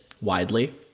widely